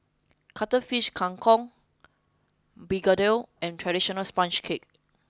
Cuttlefish Kang Kong Begedil and traditional sponge cake